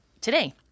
today